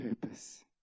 purpose